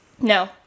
no